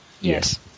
Yes